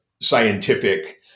scientific